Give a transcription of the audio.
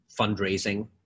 fundraising